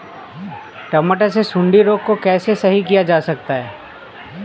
टमाटर से सुंडी रोग को कैसे सही किया जा सकता है?